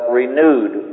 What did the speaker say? renewed